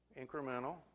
incremental